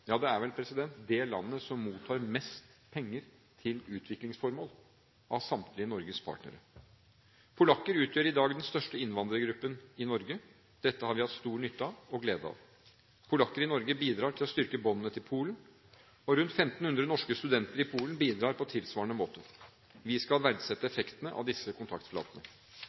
Det er vel det landet som mottar mest penger til utviklingsformål av samtlige av Norges partnere. Polakker utgjør i dag den største innvandrergruppen i Norge. Dette har vi hatt stor nytte og glede av. Polakker i Norge bidrar til å styrke båndene til Polen, og rundt 1 500 norske studenter i Polen bidrar på tilsvarende måte. Vi skal verdsette effektene av disse kontaktflatene.